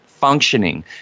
Functioning